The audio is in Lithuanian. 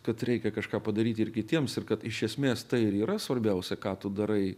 kad reikia kažką padaryti ir kitiems ir kad iš esmės tai ir yra svarbiausia ką tu darai